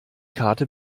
karte